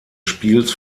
spiels